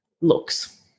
looks